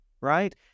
Right